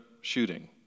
shooting